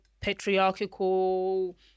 patriarchal